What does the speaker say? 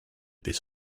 this